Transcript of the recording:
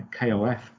KOF